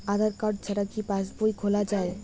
আধার card ছাড়া কি passbook খোলা যায়?